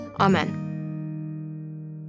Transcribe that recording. Amen